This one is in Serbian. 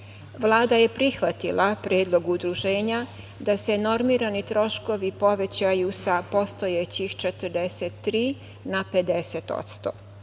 je prihvatila Predlog udruženja da se normirani troškovi povećaju sa postojećih 43 na 50%, stoga